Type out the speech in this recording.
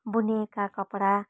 बुनिएका कपडा